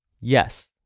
yes